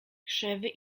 krzewy